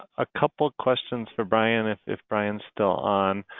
a couple questions for bryan, if if bryan's still on.